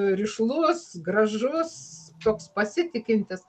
rišlus gražus toks pasitikintis